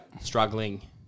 struggling